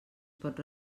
pot